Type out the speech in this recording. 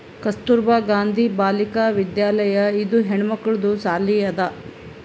ಕಸ್ತೂರ್ಬಾ ಗಾಂಧಿ ಬಾಲಿಕಾ ವಿದ್ಯಾಲಯ ಇದು ಹೆಣ್ಮಕ್ಕಳದು ಸಾಲಿ ಅದಾ